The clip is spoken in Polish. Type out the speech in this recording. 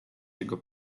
jego